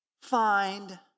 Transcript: find